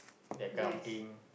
that kind of thing